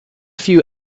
few